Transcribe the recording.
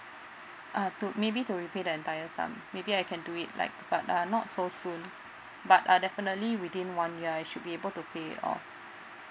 uh to maybe to repay the entire sum maybe I can do it like but uh not so soon but uh definitely within one year I should be able to pay it off